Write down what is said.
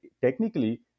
technically